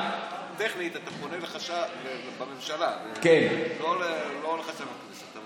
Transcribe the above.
טכנית, אתה פונה לחשב, בממשלה, זה לא לחשב הכנסת.